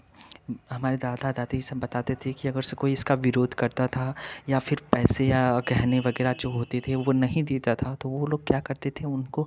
हमारे दादा दादी यह सब बताते थे कि अगर से कोई इसका विरोध करता था या फिर पैसे या गहने वगैरह जो होते थे वह नहीं देता था तो वे लोग क्या करते थे उनको